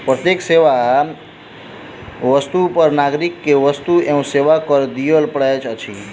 प्रत्येक सेवा आ वस्तु पर नागरिक के वस्तु एवं सेवा कर दिअ पड़ैत अछि